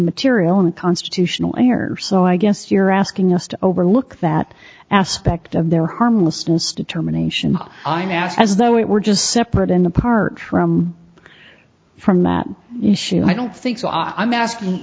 material unconstitutional a or so i guess you're asking us to overlook that aspect of their harmlessness determination i asked as though it were just separate and apart from from that issue i don't think so i'm asking